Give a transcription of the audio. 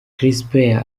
crispin